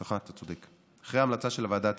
סליחה, אתה צודק: אחרי ההמלצה של הוועדה הציבורית,